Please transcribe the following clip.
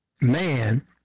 man